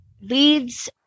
leads